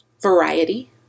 variety